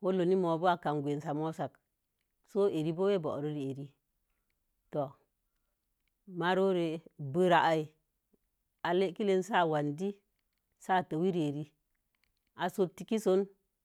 hurlo bo̱o̱ na mo̱o̱ a kamsa sə a rə bo̱o̱ ro na mo̱o̱ma na kami gwansa mo̱o̱ sa'a. Sin yi e’ re bo̱o̱ ro re'are marore bura'a alekilen si a wandi si'a tewi riare a so̱o̱ tiki sonii